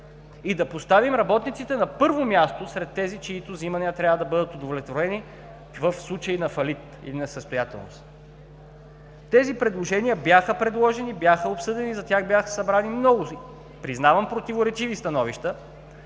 и да поставим работниците на първо място сред тези, чиито взимания трябва да бъдат удовлетворени в случай на фалит или несъстоятелност. Тези предложения бяха обсъди, за тях бяха събрани много – признавам, противоречиви становища,